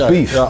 Beef